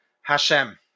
Hashem